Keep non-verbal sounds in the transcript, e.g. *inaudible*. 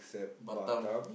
*noise* Batam